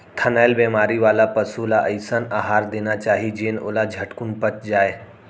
थनैल बेमारी वाला पसु ल अइसन अहार देना चाही जेन ओला झटकुन पच जाय